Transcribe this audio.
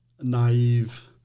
naive